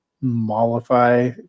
mollify